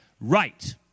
Right